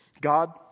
God